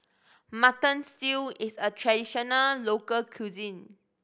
Mutton Stew is a traditional local cuisine